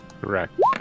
Correct